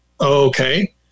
okay